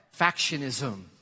factionism